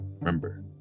remember